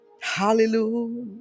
hallelujah